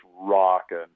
rocking